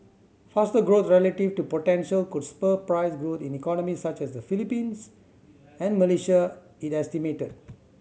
faster growth relative to potential could spur price growth in economies such as the Philippines and Malaysia it estimated